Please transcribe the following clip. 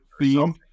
theme